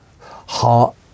heart